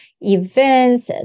events